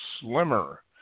slimmer